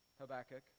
Habakkuk